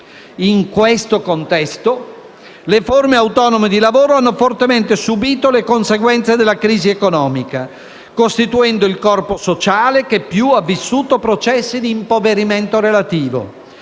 In questo contesto, le forme autonome di lavoro hanno fortemente subito le conseguenze della crisi economica, costituendo il corpo sociale che più ha vissuto processi di impoverimento relativo,